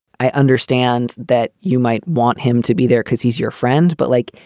i understand that you might want him to be there because he's your friend. but like,